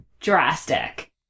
drastic